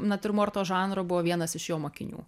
natiurmorto žanro buvo vienas iš jo mokinių